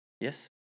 Yes